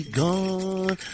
gone